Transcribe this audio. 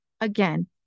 Again